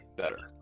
better